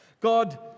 God